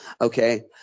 Okay